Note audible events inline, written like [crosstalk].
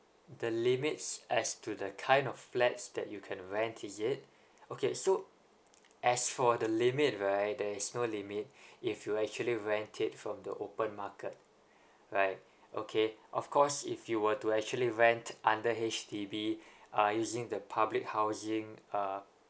the limits as to the kind of flats that you can rent is it okay so as for the limit right there is no limit [breath] if you actually rent it from the open market right okay of course if you were to actually rent under H_D_B uh using the public housing uh